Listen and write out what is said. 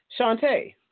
Shantae